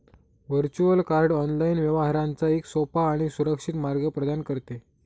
virtual card online व्यवहारांचा एक सोपा आणि सुरक्षित मार्ग प्रदान करते